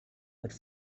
would